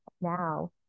NOW